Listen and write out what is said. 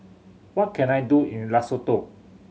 what can I do in Lesotho